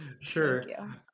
Sure